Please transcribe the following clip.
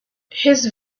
his